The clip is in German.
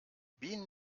bienen